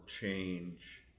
change